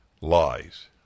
lies